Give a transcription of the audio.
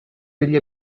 degli